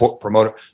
promoter